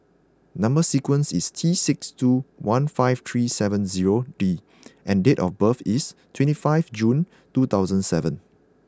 number sequence is T six two one five three seven zero D and date of birth is twenty five June two thousand seven